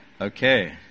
Okay